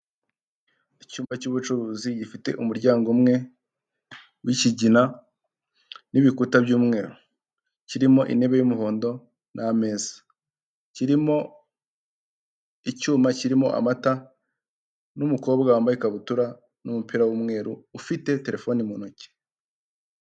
Icyumba cy'ubucuruzi gifite umuryango umwe w'ikigina n'ibikuta by'umweru, kirimo intebe y'umuhondo n'ameza, kirimo icyuma kirimo amata n'umukobwa wambaye ikabutura n'umupira w'umweru ufite terefone mu ntoki.